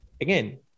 again